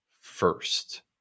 first